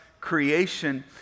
creation